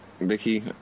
Vicky